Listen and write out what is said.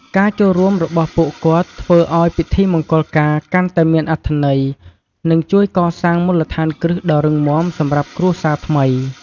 ការចូលរួមរបស់ពួកគាត់ធ្វើឲ្យពិធីមង្គលការកាន់តែមានអត្ថន័យ និងជួយកសាងមូលដ្ឋានគ្រឹះដ៏រឹងមាំសម្រាប់គ្រួសារថ្មី។